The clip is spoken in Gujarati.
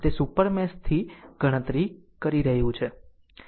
આમ તે સુપર મેશ થી ગણતરી કરી રહ્યું છે